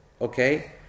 Okay